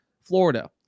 Florida